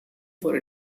for